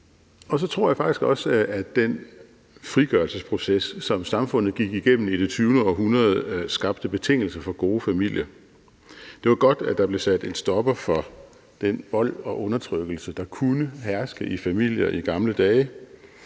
Og så tror jeg faktisk også, at den frigørelsesproces, som samfundet gik igennem i det 20. århundrede, skabte betingelser for gode familier. Det var godt, at der blev sat en stopper for den vold og undertrykkelse, der kunne herske i familier i gamle dage,